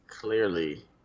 clearly